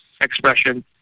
expression